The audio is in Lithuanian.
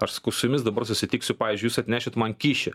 aš sakau su jumis dabar susitiksiu pavyzdžiui jūs atnešit man kyšį